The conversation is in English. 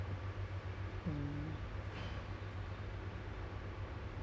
I don't do I don't do again I don't do well with crowds ah eh